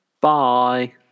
Bye